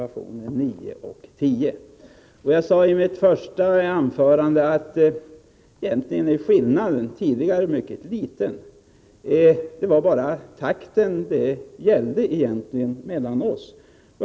Jag sade i mitt första anförande att åsiktsskillnaderna egentligen var mycket små. Det var i själva verket bara genomförandetakten det gällde.